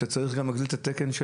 אתה צריך גם להחזיק את התקן.